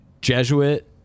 Jesuit